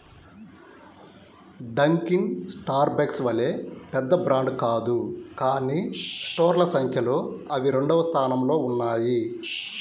Dunkin Starbucks వలె పెద్ద brand కాదు కానీ స్టోర్ల సంఖ్యలో అవి రెండవ స్థానంలో ఉన్నాయి